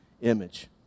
image